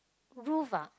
roof ah